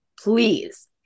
Please